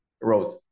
road